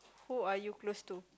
who are you close to